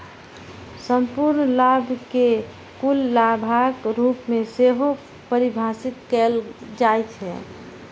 संपूर्ण लाभ कें कुल लाभक रूप मे सेहो परिभाषित कैल जाइ छै